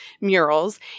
murals